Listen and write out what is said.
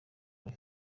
kuri